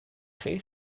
chi